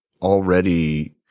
already